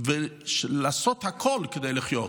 ולעשות הכול כדי לחיות.